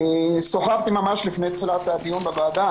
שוחחתי ממש לפני תחילת הדיון בוועדה